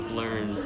learn